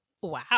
Wow